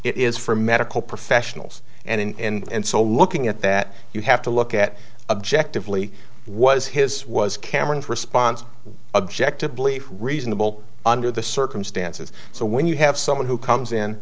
it is for medical professionals and so looking at that you have to look at objective lee was his was cameron's response objectively reasonable under the circumstances so when you have someone who comes in